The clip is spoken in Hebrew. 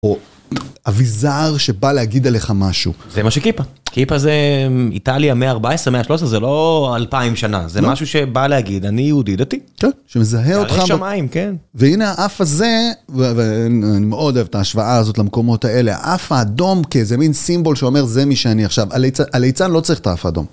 או. אביזר שבא להגיד עליך משהו. זה מה שכיפה, כיפה זה איטליה, מאה 14, מאה 13, זה לא אלפיים שנה, זה משהו שבא להגיד, אני יהודי דתי. כן, שמזהה אותך. ירא שמים, כן. והנה האף הזה, ו, ו.. אני מאוד אוהב את ההשוואה הזאת למקומות האלה, האף האדום כאיזה מין סימבול שאומר זה מי שאני עכשיו. הליצ... הליצן לא צריך את האף האדום.